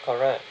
correct